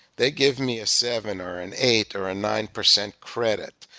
they give me a seven or an eight or a nine percent credit.